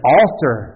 altar